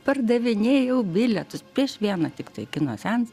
pardavinėjau bilietus prieš vieną tiktai kino seansą